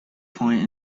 point